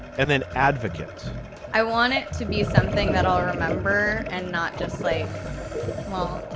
and then advocates i want it to be something that i'll remember. and not just like well,